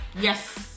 yes